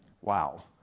wow